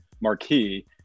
marquee